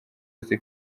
yose